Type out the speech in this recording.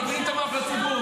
מבלבלים את המוח לציבור.